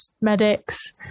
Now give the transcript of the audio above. medics